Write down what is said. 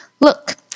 Look